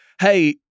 Hey